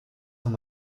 wenn